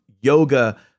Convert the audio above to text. yoga